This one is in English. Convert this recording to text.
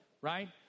right